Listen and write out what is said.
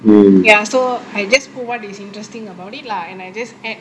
ya so I just put what is interesting about it lah I just add